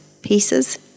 pieces